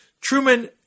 Truman